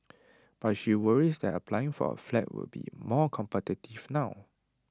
but she worries that applying for A flat will be more competitive now